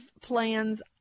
plans